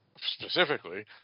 specifically